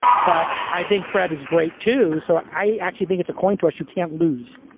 but i think fred is great too so i actually think it's a coin toss you can't lose.